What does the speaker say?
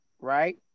Right